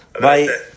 Bye